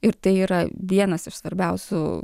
ir tai yra vienas iš svarbiausių